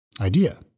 Idea